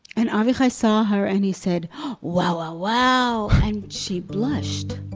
and avichai saw her and he said wow wow wow, and she blushed.